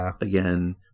again